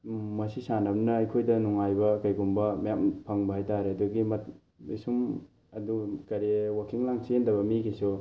ꯃꯁꯤ ꯁꯥꯟꯅꯕꯅ ꯑꯩꯈꯣꯏꯗ ꯅꯨꯡꯉꯥꯏꯕ ꯀꯩꯒꯨꯝꯕ ꯃꯌꯥꯝ ꯐꯪꯕ ꯍꯥꯏꯇꯥꯔꯦ ꯑꯗꯒꯤ ꯁꯨꯝ ꯑꯗꯨ ꯀꯔꯤ ꯋꯥꯛꯀꯤꯡ ꯂꯥꯡ ꯆꯦꯟꯗꯕ ꯃꯤꯒꯤꯁꯨ